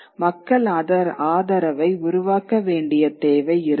மக்கள் ஆதரவை உருவாக்க வேண்டிய தேவை இருந்தது